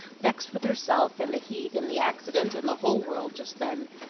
vexed with herself, and the heat, and the accident, and the whole world just then.